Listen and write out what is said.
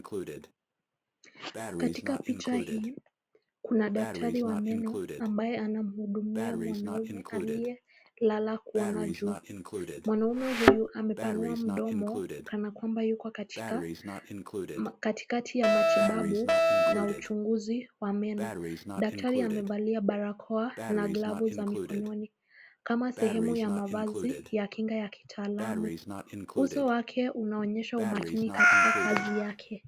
Katika picha hii kuna daktari wa meno ambaye anahudumia mwanaume aliye lala kuona juu. Mwanaume huyu amepanua mdomo kana kwamba yuko katika katikati ya matibabu na uchunguzi wa meno. Daktari amevalia barakoa na glavu za mikononi. Kama sehemu ya mavazi ya kinga ya kitalamu, uso wake unaonyesha umakini katika kazi yake.